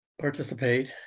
participate